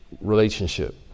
relationship